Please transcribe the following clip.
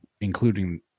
including